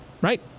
right